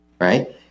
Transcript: right